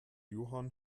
johann